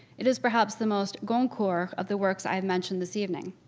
it is perhaps the most goncourt of the works i've mentioned this evening,